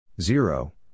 zero